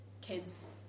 kids